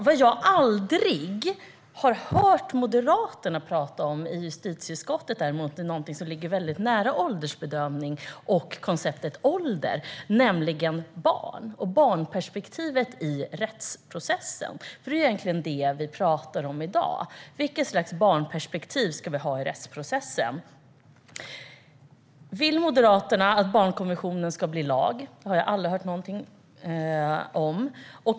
Vad jag däremot aldrig har hört Moderaterna prata om i justitieutskottet är någonting som ligger väldigt nära åldersbedömning och konceptet "ålder", nämligen barn och barnperspektivet i rättsprocessen. Det är egentligen det vi pratar om i dag: Vilket slags barnperspektiv ska vi ha i rättsprocessen? Vill Moderaterna att barnkonventionen ska bli lag? Det har jag aldrig hört någonting om.